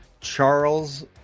Charles